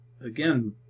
again